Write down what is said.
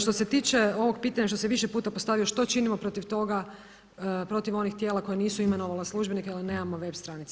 Što se tiče ovog pitanje što se više puta postavlja što činimo protiv toga, protiv onih tijela koja nisu imenovala službenike jer nemamo web stranice.